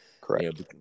Correct